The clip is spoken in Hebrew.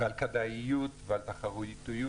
ועל כדאיות ועל תחרותיות,